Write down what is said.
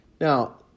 Now